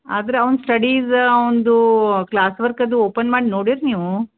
ಆದರು ಅವ್ನು ಸ್ಟಡೀಸ್ ಅವ್ನದ್ದೂ ಕ್ಲಾಸ್ ವರ್ಕ್ ಅದು ಓಪನ್ ಮಾಡಿ ನೋಡಿರಿ ನೀವು